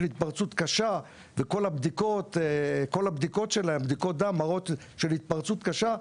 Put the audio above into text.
התפרצות קשה וכל בדיקות הדם שלהם מראות על התפרצות קשה,